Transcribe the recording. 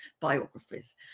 biographies